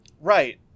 Right